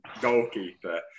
goalkeeper